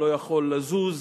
הוא לא יכול לזוז,